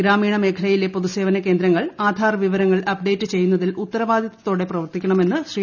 ഗ്രാമീണ മേഖലയിലെ പൊതുസേവന കേന്ദ്രങ്ങൾ ആധാർ വിവരങ്ങൾ അപ്ഡേറ്റ് ചെയ്യുന്നതിൽ ഉത്തരവാദിത്വത്തോടെ പ്രവർത്തിക്കണമെന്ന് ശ്രീ